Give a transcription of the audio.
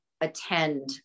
attend